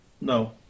No